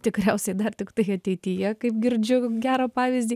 tikriausiai dar tiktai ateityje kaip girdžiu gerą pavyzdį